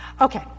okay